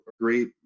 great